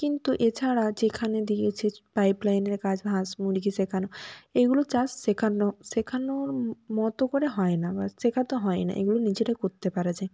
কিন্তু এছাড়া যেখানে দিয়েছে পাইপলাইনের কাজ হাঁস মুরগি শেখানো এইগুলোর চাষ শেখানো শেখানোর মতো করে হয় না বা শেখাতে হয় না এগুলো নিজেরাই করতে পারা যায়